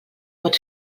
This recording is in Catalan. pot